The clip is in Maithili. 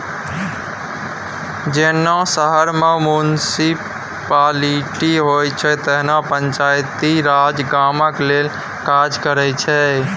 जेना शहर मे म्युनिसप्लिटी होइ छै तहिना पंचायती राज गामक लेल काज करैत छै